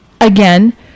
Again